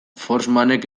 forssmanek